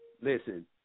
listen